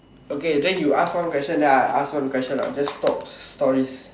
okay then you ask one question then I ask one question ah just talk stories